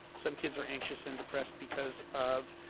some kids are anxious and depressed because of